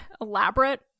elaborate